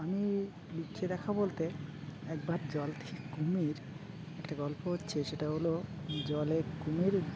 আমি বকে দেখা বলতে একবার জল থেকে কুমির একটা গল্প হচ্ছে সেটা হলো জলে কুমির